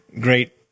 great